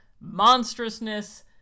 monstrousness